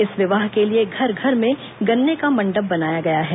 इस विवाह के लिए घर घर में गन्ने का मंडप बनाया गया है